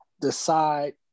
decide